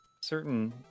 certain